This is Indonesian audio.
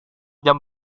jam